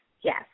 Yes